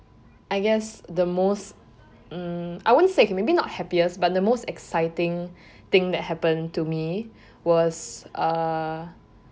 I guess the most mm I won't say okay maybe not happiest but the most exciting thing that happened to me was err